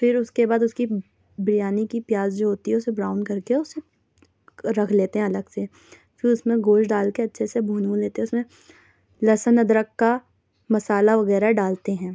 پھر اس کے بعد اس کی بریانی کی پیاز جو ہوتی ہے اسے براؤن کرکے اسے رکھ لیتے ہیں الگ سے پھر اس میں گوشت ڈال کے اچھے سے بھون وون لیتے ہیں اسے لہسن ادرک کا مسالہ وغیرہ ڈالتے ہیں